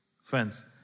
Friends